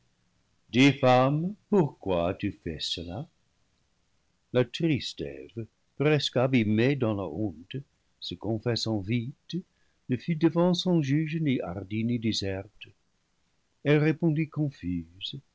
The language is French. femme pourquoi as-tu fait cela la triste eve presque abîmée dans la honte se confessant vite ne fut devant son juge ni hardie ni diserte elle répondit confuse